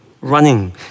running